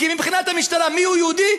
כי מבחינת המשטרה, מיהו יהודי?